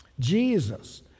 Jesus